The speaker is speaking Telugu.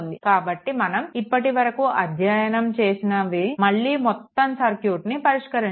కాబట్టి మనం ఇప్పటివరకు అధ్యయనం చేసినవి మళ్లీ మొత్తం సర్క్యూట్ను పరిష్కరించాలి